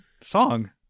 song